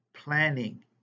Planning